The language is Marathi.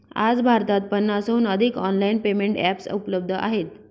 आज भारतात पन्नासहून अधिक ऑनलाइन पेमेंट एप्स उपलब्ध आहेत